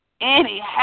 Anyhow